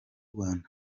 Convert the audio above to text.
rwanda